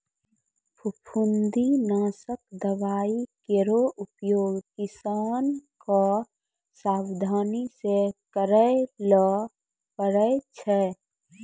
फफूंदी नासक दवाई केरो उपयोग किसान क सावधानी सँ करै ल पड़ै छै